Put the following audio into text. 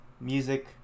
music